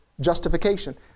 justification